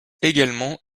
également